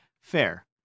Fair